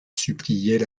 suppliaient